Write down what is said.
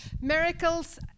miracles